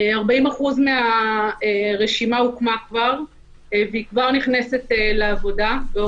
40% מן הרשימה נבנתה כבר והם כבר נכנסים לעבודה באופן שוטף.